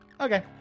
Okay